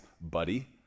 buddy